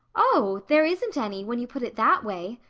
oh, there isn't any, when you put it that way,